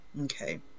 okay